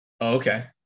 Okay